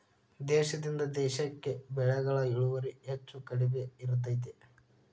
ದೇಶದಿಂದ ದೇಶಕ್ಕೆ ಬೆಳೆಗಳ ಇಳುವರಿ ಹೆಚ್ಚು ಕಡಿಮೆ ಇರ್ತೈತಿ